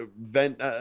vent